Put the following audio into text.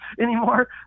anymore